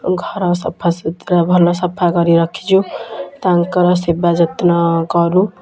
ଘର ସଫାସୁତରା ଭଲ ସଫା କରି ରଖିଛୁ ତାଙ୍କ ସେବା ଯତ୍ନ କରୁ